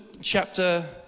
chapter